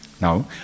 Now